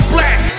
Black